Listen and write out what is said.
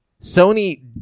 Sony